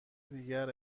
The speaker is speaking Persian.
دیگر